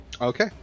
Okay